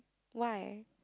why